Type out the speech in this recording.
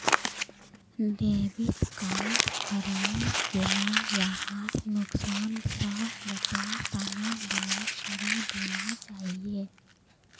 debit card हरई गेला यहार नुकसान स बचवार तना ब्लॉक करे देना चाहिए